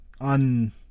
on